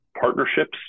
partnerships